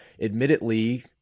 admittedly